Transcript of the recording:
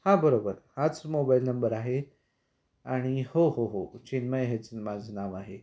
हा बरोबर हाच मोबाईल नंबर आहे आणि हो हो हो चिन्मय हेच न माझं नाव आहे